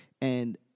And-